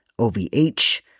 OVH